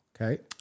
Okay